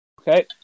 Okay